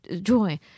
joy